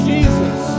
Jesus